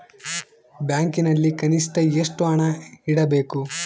ಬ್ಯಾಂಕಿನಲ್ಲಿ ಕನಿಷ್ಟ ಎಷ್ಟು ಹಣ ಇಡಬೇಕು?